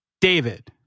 David